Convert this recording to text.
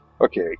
Okay